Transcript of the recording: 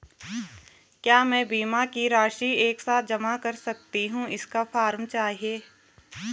क्या मैं बीमा की राशि एक साथ जमा कर सकती हूँ इसका फॉर्म चाहिए?